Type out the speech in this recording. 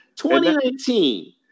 2019